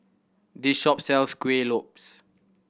this shop sells Kuih Lopes